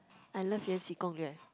unless Yan Xi Gong Lve